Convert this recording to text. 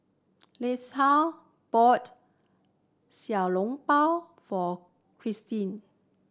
Iesha bought Xiao Long Bao for Cyndi